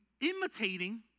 imitating